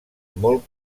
molt